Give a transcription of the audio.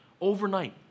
overnight